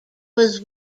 was